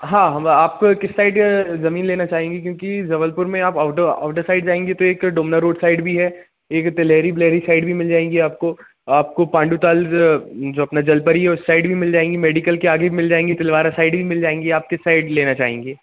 हाँ हाँ आप किस साइड ज़मीन लेना चाहेंगी क्योंकि जबलपुर में आप आउटर आउटर साइड जाएँगी तो एक डोमना रोड साइड भी है एक तिलेरी बिलेरी साइड भी मिल जाएगी आपको आपको पांडूताल जो अपना जलपरी है उस साइड भी मिल जाएंगी मेडिकल के आगे भी मिल जाएंगी बिलवारा साइड भी मिल जाएगी आप किस साइड लेना चाहेंगी